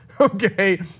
Okay